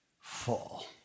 full